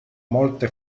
molte